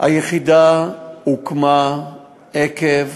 דיברו עליה, היחידה הוקמה עקב